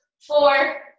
four